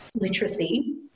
literacy